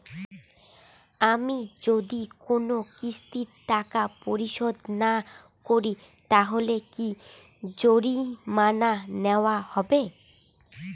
আমি যদি কোন কিস্তির টাকা পরিশোধ না করি তাহলে কি জরিমানা নেওয়া হবে?